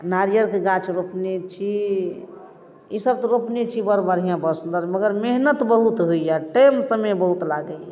नारिअरके गाछ रोपने छी ई सब तऽ रोपने छी बड़ बढ़िऑं बड़ सुन्दर मगर मेहनत बहुत होइया टाइम समय बहुत लागैया